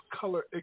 color